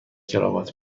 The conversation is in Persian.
کراوات